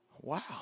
Wow